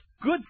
good